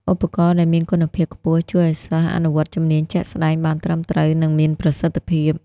ឧបករណ៍ដែលមានគុណភាពខ្ពស់ជួយឱ្យសិស្សអនុវត្តជំនាញជាក់ស្តែងបានត្រឹមត្រូវនិងមានប្រសិទ្ធភាព។